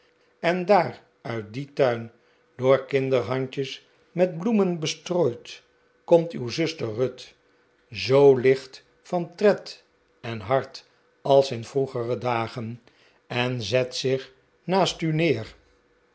en daar uit dien turn door kinderhandjes met bloemen bestrooid komt uw zuster ruth zoo licht van tred en hart als in vroegere dagen en zet zich naast u neer